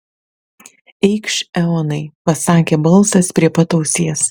eikš eonai pasakė balsas prie pat ausies